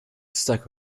stack